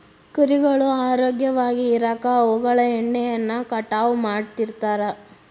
ಕುರಿಗಳು ಆರೋಗ್ಯವಾಗಿ ಇರಾಕ ಅವುಗಳ ಉಣ್ಣೆಯನ್ನ ಕಟಾವ್ ಮಾಡ್ತಿರ್ತಾರ